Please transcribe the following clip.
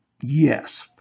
Yes